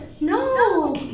no